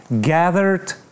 Gathered